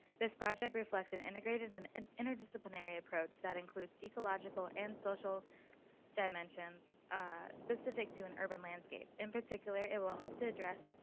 this project reflects an integrated and interdisciplinary approach that includes ecological and social dimensions specific to an urban landscape. in particular, it will hope to address